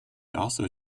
also